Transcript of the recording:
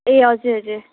ए हजुर हजुर